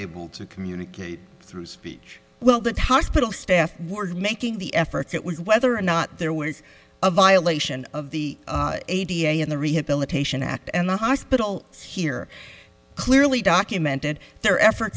able to communicate through speech well that hospital staff were making the efforts it was whether or not there was a violation of the eighty in the rehabilitation act and the hospital here clearly documented their effort